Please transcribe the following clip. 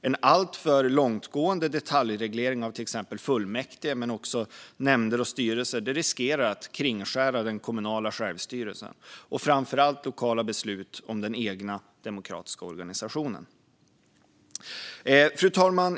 En alltför långtgående detaljreglering av till exempel fullmäktige men också nämnder och styrelser riskerar att kringskära den kommunala självstyrelsen och framför allt lokala beslut om den egna demokratiska organisationen. Fru talman!